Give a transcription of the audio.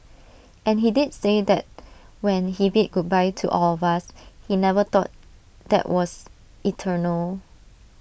and he did say that when he bid goodbye to all of us he never thought that was eternal